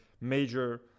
major